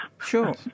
Sure